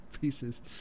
pieces